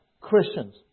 Christians